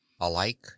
Alike